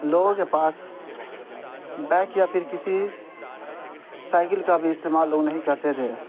لوگوں کے پاس بائک یا پھر کسی سائیکل کا بھی استعمال لوگ نہیں کرتے تھے